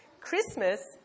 Christmas